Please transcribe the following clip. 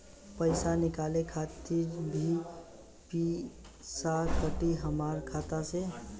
पईसा निकाले खातिर भी पईसा कटी हमरा खाता से?